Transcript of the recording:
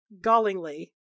gallingly